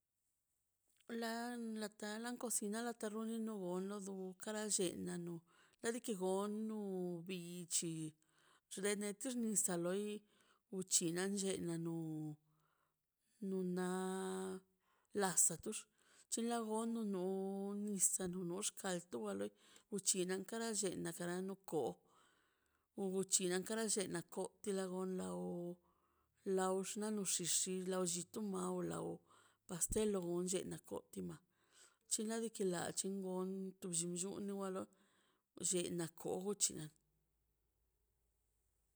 La lan tala la kocina la tarono gonlo o kara llena kadiki gon nu bich ti xnedech ni sa loi nichuna llena no nuna lasa tux chilagonan no nisano gon orta ku na loi ochina kara llena kara no ko onu ochina kara she tila gon na o law xina xix ila llita maw o law pastel onlle na kotima chinade chilante on tu bllinllon ni walo llena kootch la.